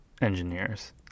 engineers